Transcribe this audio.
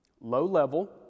low-level